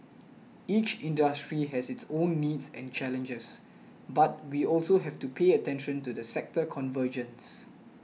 each industry has its own needs and challenges but we also have to pay attention to the sector convergence